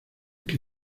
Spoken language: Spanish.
que